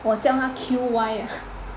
我叫他 Q_Y